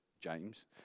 James